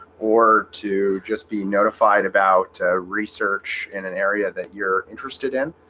or to just be notified about research in an area that you're interested in.